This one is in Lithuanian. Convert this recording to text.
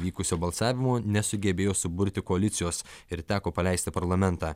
vykusio balsavimo nesugebėjo suburti koalicijos ir teko paleisti parlamentą